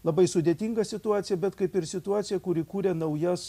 labai sudėtinga situacija bet kaip ir situacija kuri kuria naujas